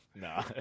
Nah